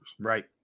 Right